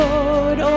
Lord